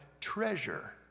treasure